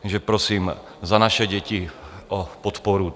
Takže prosím za naše děti o podporu.